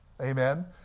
Amen